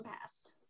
passed